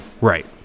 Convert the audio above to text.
Right